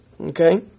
Okay